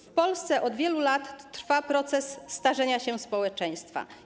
W Polsce od wielu lat trwa proces starzenia się społeczeństwa.